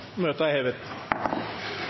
Møtet er